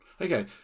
okay